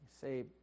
Say